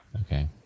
Okay